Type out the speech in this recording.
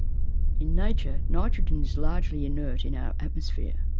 in nature, nitrogen is largely inert in our atmosphere.